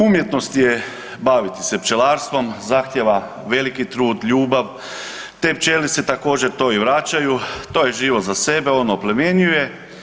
Umjetnost je baviti se pčelarstvom, zahtjeva veliki trud, ljubav, te pčelice također to i vraćaju, to je život za sebe, on oplemenjuje.